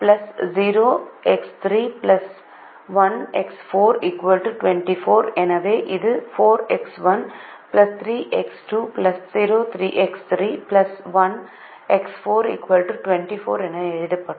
எனவே இது 4X1 3X2 0X3 1X4 24 என எழுதப்பட்டுள்ளது